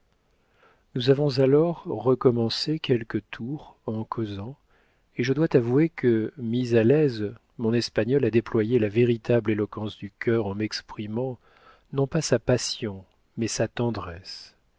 nous avons alors recommencé quelques tours en causant et je dois t'avouer que mis à l'aise mon espagnol a déployé la véritable éloquence du cœur en m'exprimant non pas sa passion mais sa tendresse